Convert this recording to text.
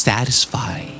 Satisfy